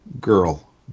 Girl